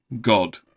God